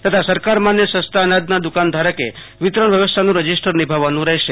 તથા સરકાર માન્ય સસ્તા અનાજના દુકાનધારકે વિતરણ વ્યવસ્થાનું રજિસ્ટર નિભાવવાનું રહેશે